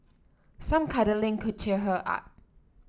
some cuddling could cheer her up